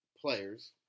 players